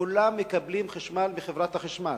כולם מקבלים חשמל מחברת החשמל.